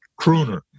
Crooner